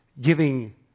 giving